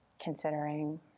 considering